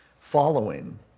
following